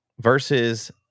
versus